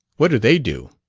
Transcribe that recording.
what do they do?